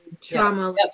trauma